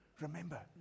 Remember